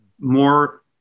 more